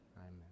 Amen